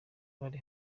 bari